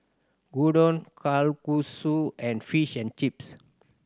Gyudon Kalguksu and Fish and Chips